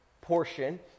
portion